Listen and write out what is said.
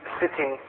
sitting